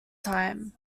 time